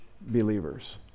believers